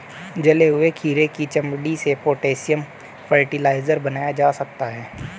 जले हुए खीरे की चमड़ी से पोटेशियम फ़र्टिलाइज़र बनाया जा सकता है